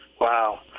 Wow